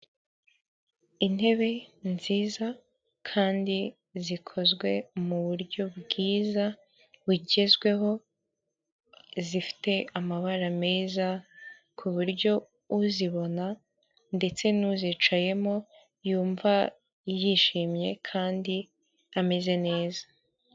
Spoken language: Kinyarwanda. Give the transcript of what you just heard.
Intebe nziza, kandi zikozwe mu buryo bwiza bugezweho, zifite amabara meza, ku buryo uzibona ndetse n'uzicayemo, yumva yishimye, kandi ameze neza.